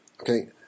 okay